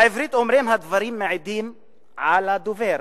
בעברית אומרים: הדברים מעידים על הדובר,